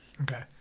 Okay